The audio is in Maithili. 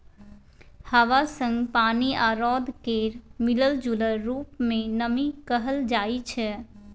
हबा संग पानि आ रौद केर मिलल जूलल रुप केँ नमी कहल जाइ छै